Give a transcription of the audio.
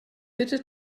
bitte